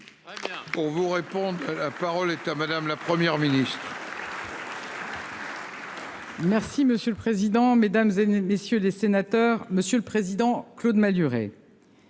Pour vous répondre. La parole est à madame la Première ministre.